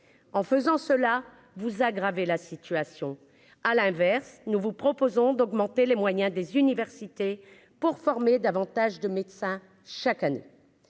en faisant cela vous aggravé la situation, à l'inverse, nous vous proposons d'augmenter les moyens des universités pour former davantage de médecins chaque année